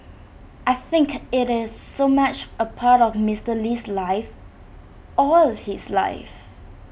I think IT is so much A part of Mister Lee's life all his life